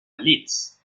leeds